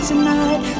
Tonight